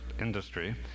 industry